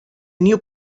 new